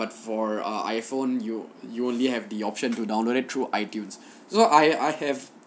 but for ah iphone you you only have the option to download it through itunes so I I have